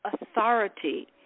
authority